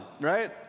right